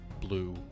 blue